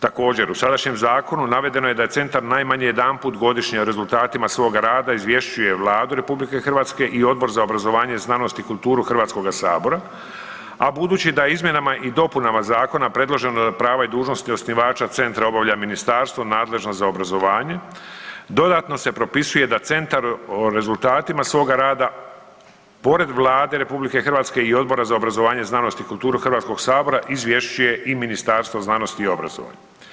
Također u sadašnjem zakonu navedeno je da je centar najmanje jedanput godišnje rezultatima svoga rada izvješćuje Vladu RH i Odbor za obrazovanje, znanost i kulturu HS-a, a budući da izmjenama i dopunama Zakona predloženo da prava i dužnosti osnivača centra obavlja ministarstvo nadležno za obrazovanje, dodatno se propisuje da centar o rezultatima svoga rada pored Vlade RH i Odbora za obrazovanje, znanost i kulturu HS-a izvješćuje i Ministarstvo znanosti i obrazovanja.